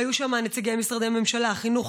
היו שם נציגי משרדי ממשלה: חינוך,